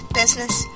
business